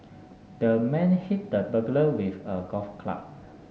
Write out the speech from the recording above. the man hit the burglar with a golf club